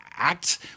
Act